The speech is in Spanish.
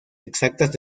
exactas